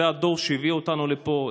זה הדור שהביא אותנו לפה,